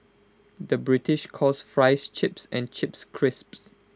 the British calls Fries Chips and Chips Crisps